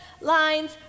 lines